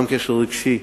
גם קשר רגשי,